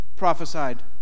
Prophesied